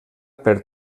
per